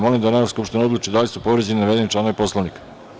Molim da Narodna skupština odluči da li su povređeni navedeni članovi Poslovnika.